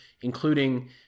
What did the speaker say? including